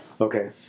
Okay